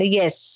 yes